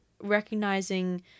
recognizing